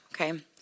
okay